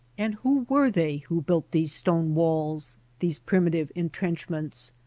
and who were they who built these stone walls, these primitive entrenchments?